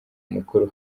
mukuru